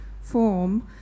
form